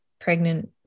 pregnant